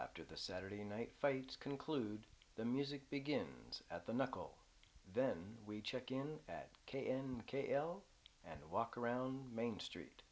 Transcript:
after the saturday night fights conclude the music begins at the knuckle then we check in at k n k l and walk around main street